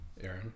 Aaron